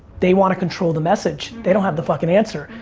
they want to control the message. they don't have the fucking answer.